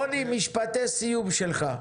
בבקשה, רוני, משפטי סיום שלך.